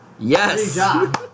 Yes